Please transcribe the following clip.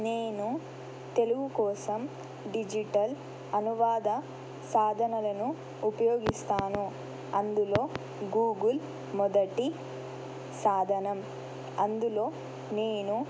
నేను తెలుగు కోసం డిజిటల్ అనువాద సాధనలను ఉపయోగిస్తాను అందులో గూగుల్ మొదటి సాధనం అందులో నేను